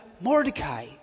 Mordecai